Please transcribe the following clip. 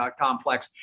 complex